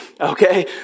okay